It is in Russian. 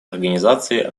организации